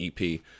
EP